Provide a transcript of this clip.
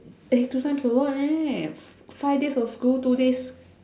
eh two times a lot eh five days of school two days